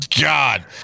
god